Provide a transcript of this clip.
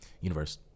universe